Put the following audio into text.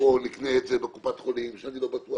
ופה נקנה את זה בקופת חולים שאני לא בטוח